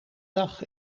dag